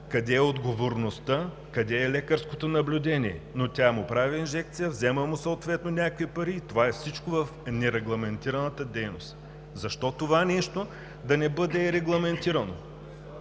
Къде е отговорността?! Къде е лекарското наблюдение?! Но тя му прави инжекция, взема му съответно някакви пари и всичко това е в нерегламентираната дейност. Защо това нещо да не бъде регламентирано?!